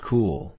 Cool